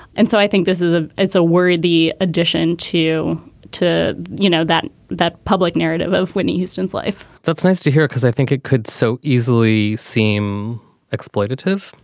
and so i think this is a it's a worry the addition to to you know that that public narrative of whitney houston's life that's nice to hear because i think it could so easily seem exploitative.